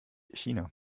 china